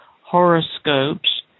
horoscopes